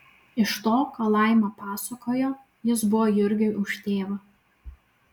iš to ką laima pasakojo jis buvo jurgiui už tėvą